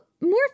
more